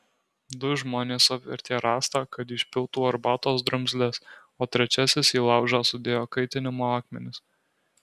du žmonės apvertė rąstą kad išpiltų arbatos drumzles o trečiasis į laužą sudėjo kaitinimo akmenis